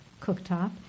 cooktop